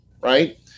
Right